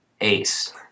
Ace